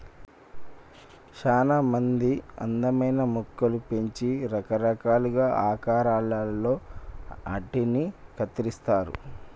సానా మంది అందమైన మొక్కలు పెంచి రకరకాలుగా ఆకారాలలో ఆటిని కత్తిరిస్తారు